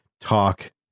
talk